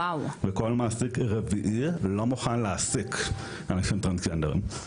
וכל מעסיק רביעי לא מוכן להעסיק אנשים טרנסג'נדרים.